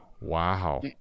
Wow